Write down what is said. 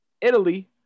Italy